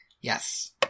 Yes